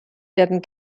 werden